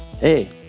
Hey